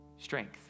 strength